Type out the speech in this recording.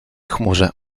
chmurze